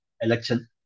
election